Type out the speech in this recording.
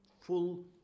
full